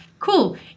cool